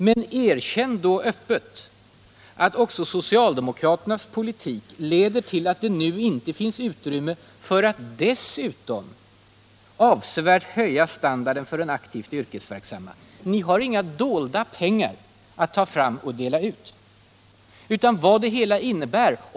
Men erkänn då öppet att också socialdemokraternas politik leder till att det nu inte finns utrymme för att dessutom avsevärt höja standarden för de aktivt yrkesverksamma! Ni har inga dolda pengar att ta fram och dela ut.